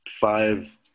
five